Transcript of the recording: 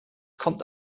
kommt